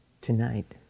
tonight